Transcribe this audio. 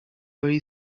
very